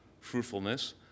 fruitfulness